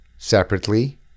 Separately